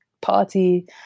party